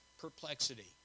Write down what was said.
perplexity